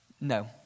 no